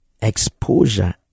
exposure